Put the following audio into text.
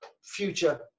future